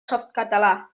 softcatalà